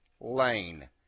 Lane